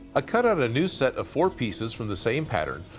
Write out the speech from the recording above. ah cut out a new set of four pieces from the same pattern,